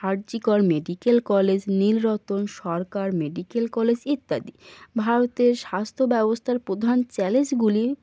আর G Kar medical college Nilratan Sarkar medical college ইত্যাদি ভারতের স্বাস্থ্যব্যবস্থার প্রধান চ্যালেঞ্জগুলি